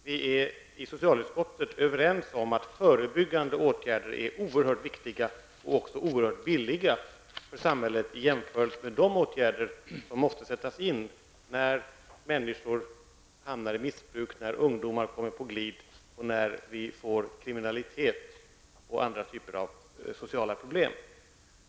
Vi är i socialutskottet överens om att förbyggande åtgärder är oerhört viktiga och också oerhört billiga för samhället i jämförelse med de åtgärder som måste sättas in, när människor hamnar i missbruk, när ungdomar kommer på glid och när vi får kriminalitet och andra typer av sociala problem.